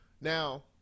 Now